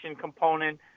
component